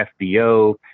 FBO